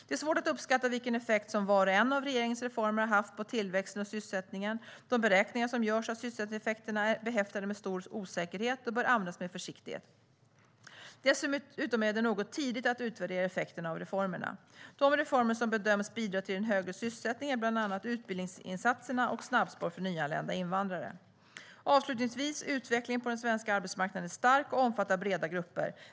Det är svårt att uppskatta vilken effekt som var och en av regeringens reformer har haft på tillväxten och sysselsättningen. De beräkningar som görs av sysselsättningseffekterna är behäftade med stor osäkerhet och bör användas med försiktighet. Dessutom är det något tidigt att utvärdera effekterna av reformerna. De reformer som bedöms bidra till den högre sysselsättningen är bland annat utbildningsinsatserna och snabbspår för nyanlända invandrare. Avslutningsvis: Utvecklingen på den svenska arbetsmarknaden är stark och omfattar breda grupper.